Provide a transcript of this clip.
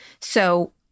So-